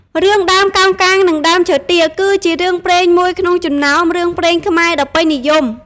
រឿង ដើមកោងកាងនិងដើមឈើទាល គឺជារឿងព្រេងមួយក្នុងចំណោមរឿងព្រេងខ្មែរដ៏ពេញនិយម ។